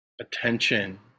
attention